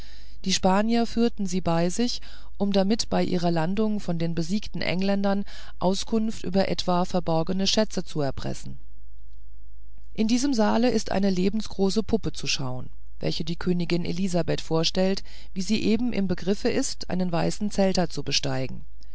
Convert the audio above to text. die spanier führten sie bei sich um damit bei ihrer landung von den besiegten engländern auskunft über etwa verborgenen schätze zu erpressen in diesem saale ist eine lebensgroße puppe zu schauen welche die königin elisabeth vorstellt wie sie eben im begriffe ist einen weißen zelter zu besteigen